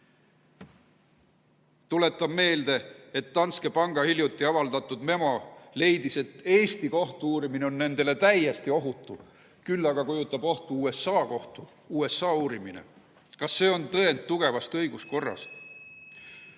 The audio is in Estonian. Tuletan meelde, et Danske Panga hiljuti avaldatud memos leiti, et Eesti kohtu-uurimine on nendele täiesti ohutu. Küll aga kujutab endast ohtu USA kohtu-uurimine. Kas see on tõend tugevast õiguskorrast?